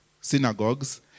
synagogues